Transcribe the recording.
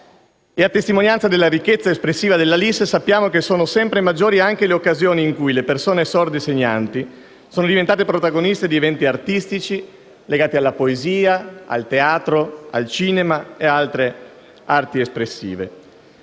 E a testimonianza della ricchezza espressiva della LIS, sappiamo che sono sempre maggiori anche le occasioni in cui le persone sorde segnanti sono diventate protagoniste di eventi artistici legati alla poesia, al teatro, al cinema e ad altre arti espressive.